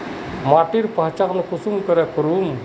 माटिर पहचान कुंसम करे करूम?